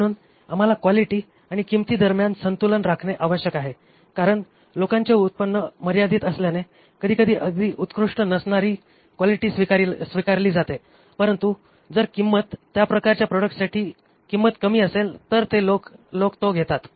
म्हणून आम्हाला क्वालिटी आणि किंमती दरम्यान संतुलन राखणे आवश्यक आहे कारण लोकांचे उत्पन्न मर्यादित असल्याने कधी कधी अगदी उत्कृष्ट नसणारी क्वालिटी स्वीकारली जाते परंतु जर किंमत त्या प्रकारच्या प्रॉडक्ट्ससाठी किंमत कमी असेल तर लोक तो घेतात